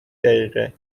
دقیقه